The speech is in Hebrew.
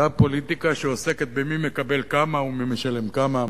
אותה פוליטיקה שעוסקת במי מקבל כמה ומי משלם כמה.